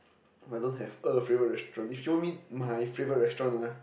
but I don't have a favourite restaurant you show me my favourite restaurant ah